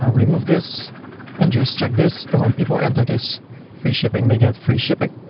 ah remove this and just check this and when people enter this free shipping, they get free shipping.